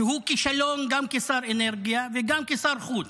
שהוא כישלון גם כשר האנרגיה וגם כשר החוץ.